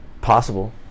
Possible